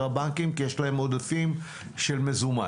בנקאיים מאשר בבנקים כי יש להם עודפים של מזומן.